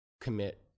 commit